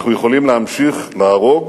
אנחנו יכולים להמשיך להרוג